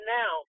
now